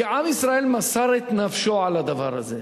כי עם ישראל מסר את נפשו על הדבר הזה.